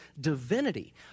divinity